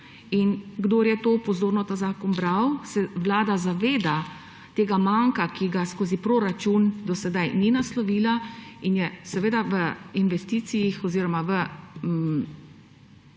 In kdor je pozorno ta zakon bral, se vlada zaveda tega manka, ki ga skozi proračun do sedaj ni naslovila, in je v investicijah oziroma v